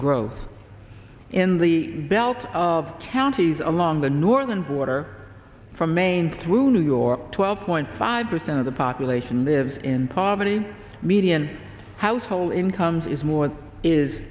growth in the belt of counties along the northern border from maine through new york twelve point five percent of the population lives in poverty median household incomes is more is